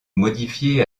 modifié